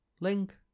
Link